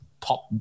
pop